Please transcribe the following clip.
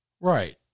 Right